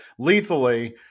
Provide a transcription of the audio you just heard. lethally